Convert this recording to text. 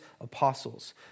apostles